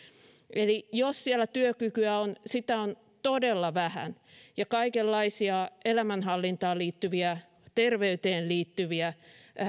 eli jos siellä työkykyä on sitä on todella vähän ja kaikenlaisia elämänhallintaan liittyviä terveyteen liittyviä